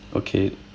okay